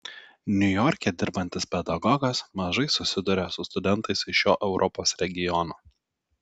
niujorke dirbantis pedagogas mažai susiduria su studentais iš šio europos regiono